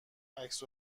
عکس